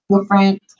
different